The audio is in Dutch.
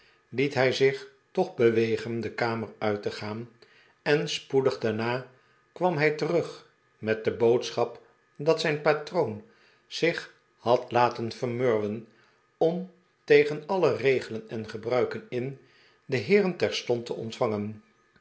liet hij zich t'och bewegen de kamer uit te gaan en spoedig daarna kwam hij terug met de boodschap dat zijn patroon zich had laten vermurwen om tegen alle regelen en gebruiken in de heeren terstond te ontvahgen